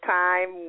time